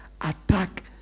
attack